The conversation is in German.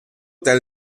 del